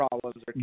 problems